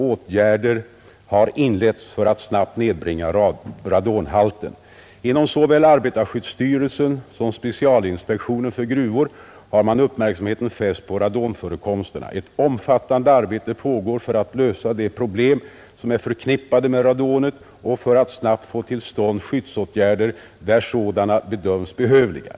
Åtgärder har inletts för att snabbt nedbringa radonhalten, Inom såväl arbetarskyddsstyrelsen som specialinspektionen för gruvor har man uppmärksamheten fäst på radonförekomsterna. Ett omfattande arbete pågår för att lösa de problem som är förknippade med radonet och för att snabbt få till stånd skyddsåtgärder där sådana bedöms behövliga.